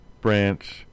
branch